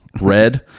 Red